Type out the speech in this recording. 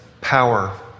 power